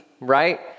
right